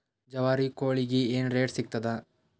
ಜವಾರಿ ಕೋಳಿಗಿ ಏನ್ ರೇಟ್ ಸಿಗ್ತದ?